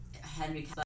Henry